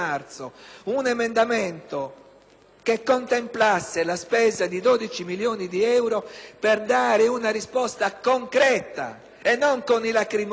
- uno stanziamento di 12 milioni di euro per dare una risposta concreta, e non con i lacrimoni, ad un popolo che sta soffrendo.